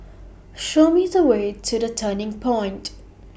Show Me The Way to The Turning Point